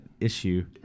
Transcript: issue